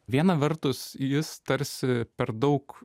viena vertus jis tarsi per daug